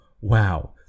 wow